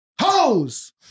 Hose